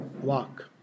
Walk